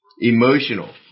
Emotional